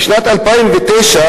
לאחרונה בשארם א-שיח',